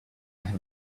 have